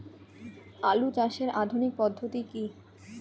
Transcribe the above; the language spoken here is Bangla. আলু চাষের আধুনিক পদ্ধতি কি?